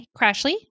Crashly